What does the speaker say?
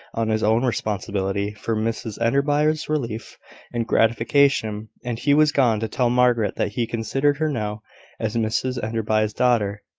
on his own responsibility, for mrs enderby's relief and gratification and he was gone to tell margaret that he considered her now as mrs enderby's daughter,